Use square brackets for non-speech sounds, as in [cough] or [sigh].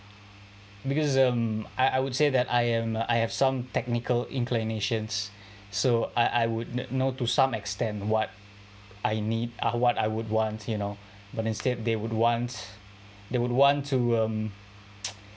because um I I would say that I am I have some technical inclinations so I I would know to some extent what I need or what I would want you know but instead they would wants they would want to um [noise]